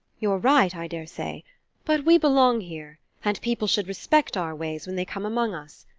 you're right, i daresay but we belong here, and people should respect our ways when they come among us.